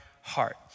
heart